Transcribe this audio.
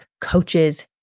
coaches